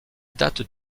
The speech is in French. date